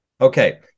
okay